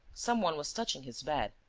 some one was touching his bed.